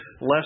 less